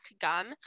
gum